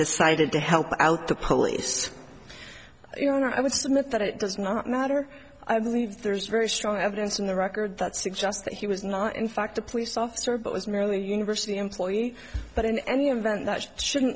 decided to help out the police you know i would submit that it does not matter i believe there is very strong evidence in the record that suggests that he was not in fact a police officer but was merely a university employee but in any event that shouldn't